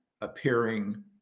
appearing